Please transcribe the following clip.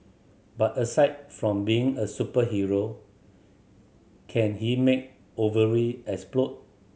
but aside from being a superhero can he make ovary explode